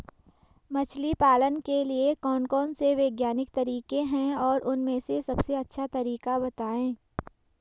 मछली पालन के लिए कौन कौन से वैज्ञानिक तरीके हैं और उन में से सबसे अच्छा तरीका बतायें?